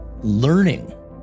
learning